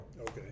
Okay